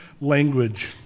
language